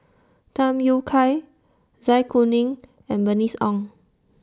Tham Yui Kai Zai Kuning and Bernice Ong